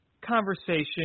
conversation